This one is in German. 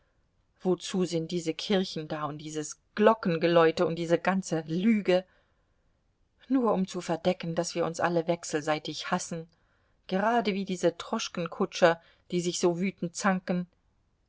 wozu sind diese kirchen da und dieses glockengeläute und diese ganze lüge nur um zu verdecken daß wir uns alle wechselseitig hassen gerade wie diese droschkenkutscher die sich so wütend zanken